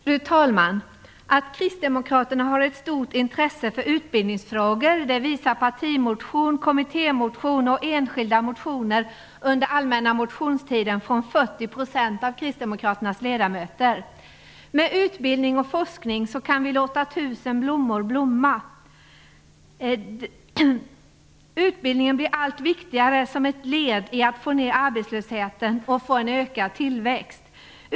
Fru talman! Att Kristdemokraterna har ett stort intresse för utbildningsfrågor visar partimotion, kommittémotion och enskilda motioner under allmänna motionstiden från 40 % av Kristdemokraternas ledamöter. Med utbildning och forskning kan vi låta tusen blommor blomma. Utbildningen blir allt viktigare som ett led i att få ned arbetslösheten och få en ökad tillväxt.